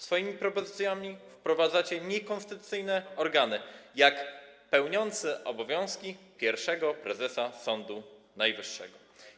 Swoimi propozycjami wprowadzacie niekonstytucyjne organy, takie jak pełniący obowiązki pierwszego prezesa Sądu Najwyższego.